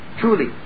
Truly